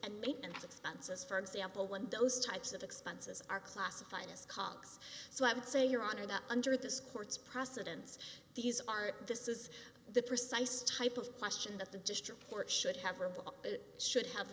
and maintenance expenses for example when those types of expenses are classified as cogs so i would say your honor that under this court's precedents these are this is the precise type of question that the district court should have or should have